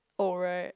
oh right